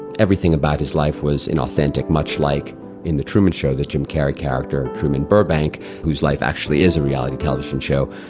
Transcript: everything about his life was inauthentic, like in the truman show, the jim carrey character truman burbank whose life actually is a reality television show.